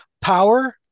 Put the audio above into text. Power